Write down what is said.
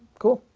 cool.